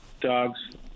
Dogs